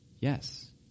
Yes